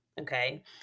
okay